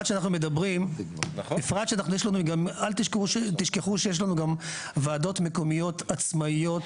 בפרט שאל תשכחו שיש לנו גם ועדות מקומיות עצמאיות,